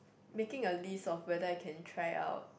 making a list of whether I can try out